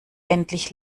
endlich